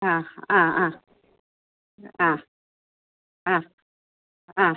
ആ ആ ആ ആ ആ ആ